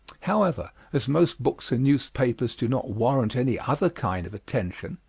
however, as most books and newspapers do not warrant any other kind of attention,